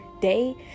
day